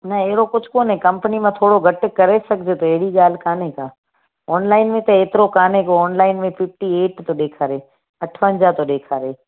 न अहिड़ो कुझु कोन्हे कंपनी मां थोरो घटि करे सघिजे थो अहिड़ी ॻाल्हि कान्हे का ऑनलाइन में त एतिरो कान्हे को ऑनलाइन में फ़िफ़्टी एट थो ॾेखारे अठवंजाह थो ॾेखारे